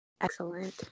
Excellent